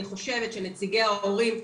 אני חושבת שנציגי ההורים,